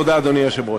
תודה, אדוני היושב-ראש.